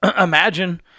imagine